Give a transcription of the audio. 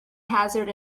hazard